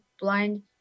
blind